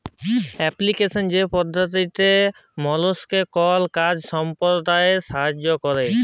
application হছে সেই পদ্ধতি যেট মালুসকে কল কাজ সম্পাদলায় সাহাইয্য ক্যরে